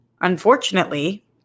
Unfortunately